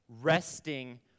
resting